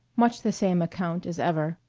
much the same account as ever.